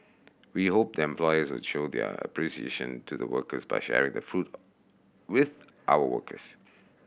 we hope them employers would show their appreciation to the workers by sharing the fruit with our workers